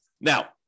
Now